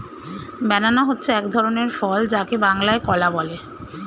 banana হচ্ছে এক ধরনের ফল যাকে বাংলায় কলা বলে